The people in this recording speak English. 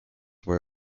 were